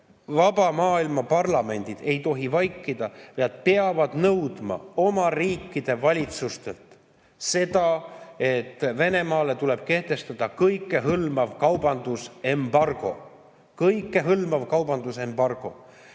vaba maailma parlamendid ei tohi vaikida ja nad peavad nõudma oma riikide valitsustelt seda, et Venemaale kehtestataks kõikehõlmav kaubandusembargo. Kõikehõlmav kaubandusembargo!